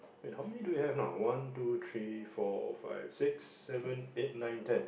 wait how many do we have now one two three four five six seven eight nine ten